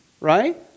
right